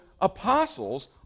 apostles